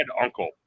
uncle